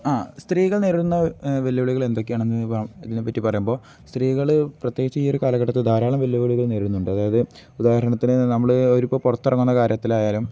ആ സ്ത്രീകൾ നേരിടുന്ന വെല്ലുവിളികൾ എന്തൊക്കെയാണ് എന്നതിനെപ്പറ്റി പറയുമ്പോൾ സ്ത്രീകൾ പ്രത്യേകിച്ചു ഈ ഒരു കാലഘട്ടത്ത് ധാരാളം വെല്ലുവിളികൾ നേരിടുന്നുണ്ട് അതായത് ഉദാഹരണത്തിന് നമ്മൾ അവർ ഇപ്പം പുറത്തിറങ്ങുന്ന കാര്യത്തിലായാലും